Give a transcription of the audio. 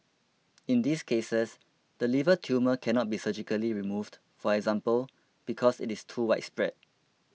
in these cases the liver tumour cannot be surgically removed for example because it is too widespread